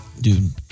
dude